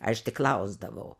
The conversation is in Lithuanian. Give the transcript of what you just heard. aš tik klausdavau